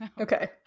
Okay